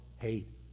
hate